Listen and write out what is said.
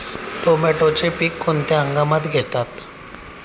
टोमॅटोचे पीक कोणत्या हंगामात घेतात?